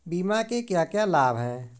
बीमा के क्या क्या लाभ हैं?